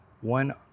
one